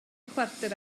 chwarter